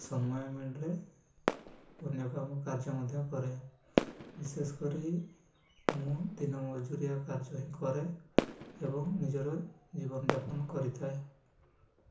ସମୟ ମିଳିଲେ ଅନ୍ୟ କାମ କାର୍ଯ୍ୟ ମଧ୍ୟ କରେ ବିଶେଷ କରି ମୁଁ ଦିନ ମଜୁରିଆ କାର୍ଯ୍ୟ ହିଁ କରେ ଏବଂ ନିଜର ଜୀବନଯାପନ କରିଥାଏ